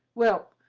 well,